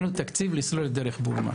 כדי לסלול את דרך בורמה.